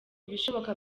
ibishoboka